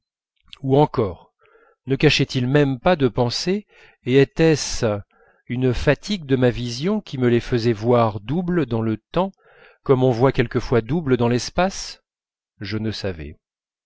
ou encore ne cachaient ils même pas de pensées et était-ce une fatigue de ma vision qui me les faisait voir doubles dans le temps comme on voit quelquefois double dans l'espace je ne savais